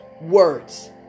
words